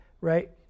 right